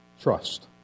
Trust